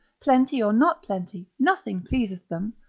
plenty or not plenty, nothing pleaseth them,